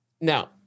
Now